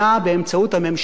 לתקשורת חופשית.